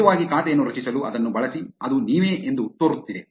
ನಿಜವಾಗಿ ಖಾತೆಯನ್ನು ರಚಿಸಲು ಅದನ್ನು ಬಳಸಿ ಅದು ನೀವೇ ಎಂದು ತೋರುತ್ತಿದೆ